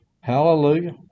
Hallelujah